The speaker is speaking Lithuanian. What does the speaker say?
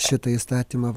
šitą įstatymą